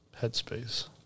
headspace